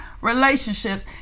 relationships